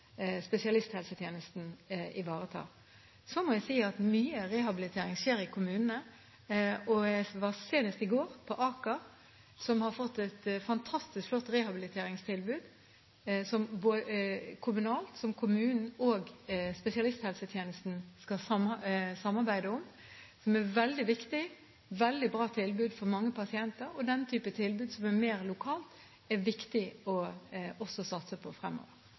spesialisthelsetjenesten ivaretar. Så må jeg si at mye rehabilitering skjer i kommunene. Jeg var senest i går på Aker, som har fått et fantastisk flott rehabiliteringstilbud, kommunalt, som kommunen og spesialisthelsetjenesten skal samarbeide om. Det er veldig viktig, det er et veldig bra tilbud for mange pasienter, og denne typen mer lokale tilbud er det viktig også å satse på fremover.